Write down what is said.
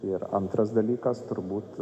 ir antras dalykas turbūt